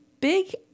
Big